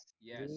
yes